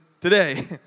today